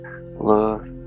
love